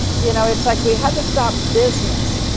you know, it's like we had to stop business.